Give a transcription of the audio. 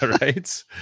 Right